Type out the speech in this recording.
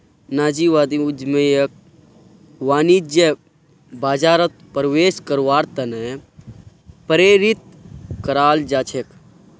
नारीवादी उद्यमियक वाणिज्यिक बाजारत प्रवेश करवार त न प्रेरित कराल जा छेक